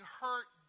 hurt